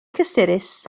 cysurus